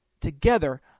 together